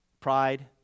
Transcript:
pride